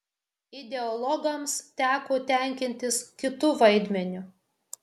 ideologams teko tenkintis kitu vaidmeniu